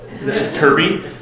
Kirby